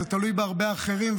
זה תלוי בהרבה אחרים,